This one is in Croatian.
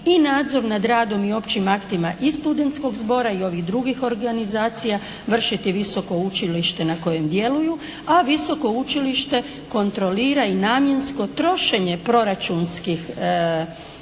i nadzor nad radom i općim aktima i studentskog zbora i ovih drugih organizacija vršiti visoko učilište na kojem djeluju, a visoko učilište kontrolira i namjensko trošenje proračunskih